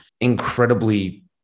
incredibly